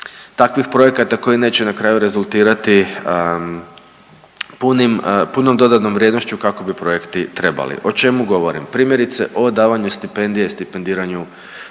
takvih projekata koji neće na kraju rezultirati punom dodanom vrijednošću kako bi projekti trebali. O čemu govorim? Primjerice o davanju stipendije, stipendiranju